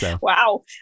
Wow